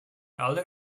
aller